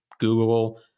Google